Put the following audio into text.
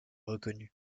reconnu